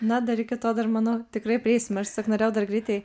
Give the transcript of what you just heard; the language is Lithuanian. na dar iki to dar manau tikrai prieisim aš tiesiog norėjau dar greitai